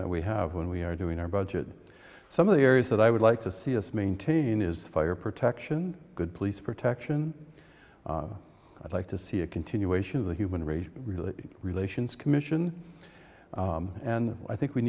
that we have when we are doing our budget some of the areas that i would like to see us maintain is fire protection good police protection i'd like to see a continuation of the human race really relations commission and i think we